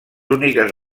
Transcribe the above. úniques